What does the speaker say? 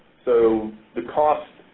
so the cost